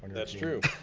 that's true.